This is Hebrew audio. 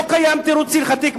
לא קיים תירוץ הלכתי,